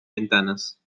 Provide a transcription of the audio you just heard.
ventanas